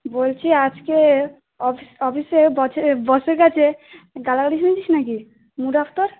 বলছি আজকে অফিস অফিসে বছ এ বসের কাছে গালাগালি শুনেছিস নাকি মুড অফ তোর